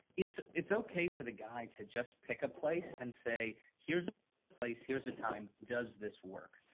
it's it's okay for the guy to just pick a place and say here is place, here is the time does this work.